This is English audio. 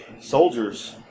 soldiers